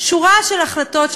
שורה של החלטות,